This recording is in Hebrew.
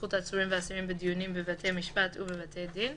(נוכחות עצורים ואסירים בדיונים בבתי המשפט ובבתי הדין),